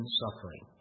suffering